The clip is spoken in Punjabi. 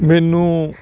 ਮੈਨੂੰ